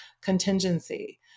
contingency